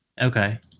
Okay